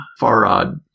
Farad